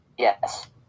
Yes